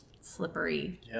slippery